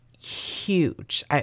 huge